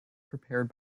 prepared